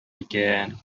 икән